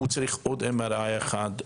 הוא צריך עוד MRI אחד,